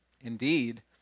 Indeed